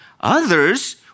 Others